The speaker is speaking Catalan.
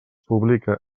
publica